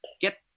get